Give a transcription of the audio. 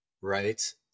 Right